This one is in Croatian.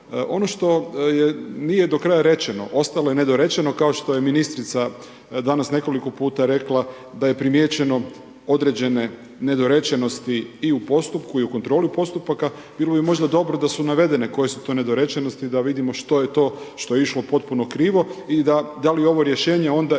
Ono što nije do kraja rečeno, ostalo je nedorečeno kao što je ministrica danas nekoliko puta rekla da je primijećeno određene nedorečenosti i u postupku i u kontroli postupaka. Bilo bi možda dobro da su navedene koje su to nedorečenosti, da vidimo što je to što je išlo potpuno krivo. I da li ovo rješenje onda ispravlja